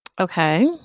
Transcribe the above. Okay